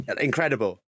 Incredible